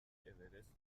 اورست